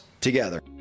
together